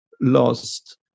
lost